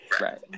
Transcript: Right